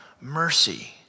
mercy